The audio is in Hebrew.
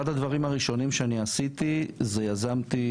אחד הדברים הראשונים שאני עשיתי זה יזמתי